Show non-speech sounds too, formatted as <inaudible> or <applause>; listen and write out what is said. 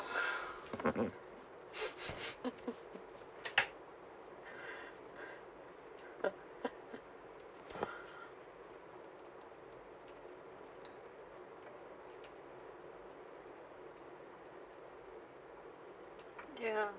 <laughs> ya